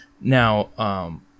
now